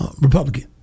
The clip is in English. Republican